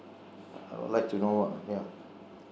I would like to know um yeah